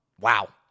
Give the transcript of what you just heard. Wow